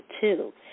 two